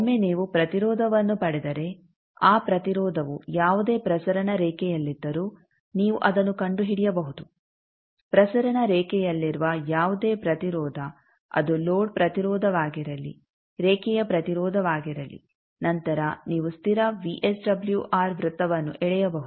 ಒಮ್ಮೆ ನೀವು ಪ್ರತಿರೋಧವನ್ನು ಪಡೆದರೆ ಆ ಪ್ರತಿರೋಧವು ಯಾವುದೇ ಪ್ರಸರಣ ರೇಖೆಯಲ್ಲಿದ್ದರೂ ನೀವು ಅದನ್ನು ಕಂಡುಹಿಡಿಯಬಹುದು ಪ್ರಸರಣ ರೇಖೆಯಲ್ಲಿರುವ ಯಾವುದೇ ಪ್ರತಿರೋಧ ಅದು ಲೋಡ್ ಪ್ರತಿರೋಧವಾಗಿರಲಿ ರೇಖೆಯ ಪ್ರತಿರೋಧವಾಗಿರಲಿ ನಂತರ ನೀವು ಸ್ಥಿರ ವಿಎಸ್ಡಬ್ಲ್ಯೂಆರ್ ವೃತ್ತವನ್ನು ಎಳೆಯಬಹುದು